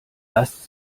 lasst